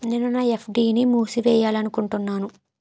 నేను నా ఎఫ్.డి ని మూసివేయాలనుకుంటున్నాను